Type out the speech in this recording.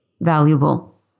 valuable